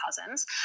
cousins